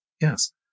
yes